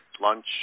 lunch